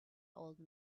old